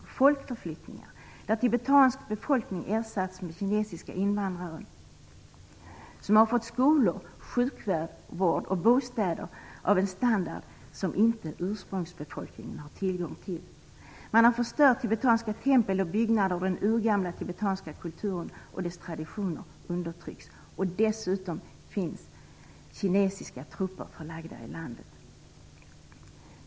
Det har gjorts folkomflyttningar, där tibetansk befolkning har ersatts med kinesiska invandrare, som har fått skolor, sjukvård och bostäder av en standard som ursprungsbefolkningen inte har tillgång till. Man har förstört tibetanska tempel och byggnader, och den urgamla tibetanska kulturen och dess traditioner undertrycks. Dessutom finns kinesiska trupper förlagda i landet.